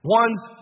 one's